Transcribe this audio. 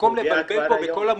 במקום לבלבל פה בין כל המושגים,